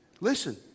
Listen